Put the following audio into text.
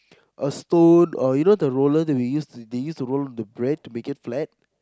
a stone or you know the roller that we use they use to roller the bread to make it flat